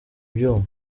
ibyuma